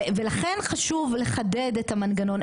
ולכן חשוב לחדד את המנגנון.